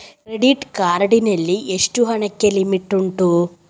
Credit card ನಲ್ಲಿ ಎಷ್ಟು ಹಣಕ್ಕೆ ಲಿಮಿಟ್ ಉಂಟು?